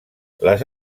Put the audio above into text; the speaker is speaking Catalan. les